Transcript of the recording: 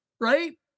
right